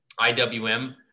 IWM